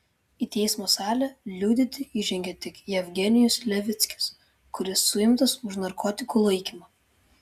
į teismo salę liudyti įžengė tik jevgenijus levickis kuris suimtas už narkotikų laikymą